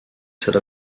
seda